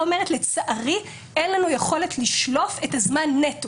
לצערי, אין לנו יכולת לשלוף את הזמן נטו.